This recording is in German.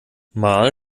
mal